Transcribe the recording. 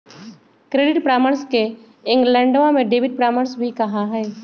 credit परामर्श के इंग्लैंडवा में डेबिट परामर्श भी कहा हई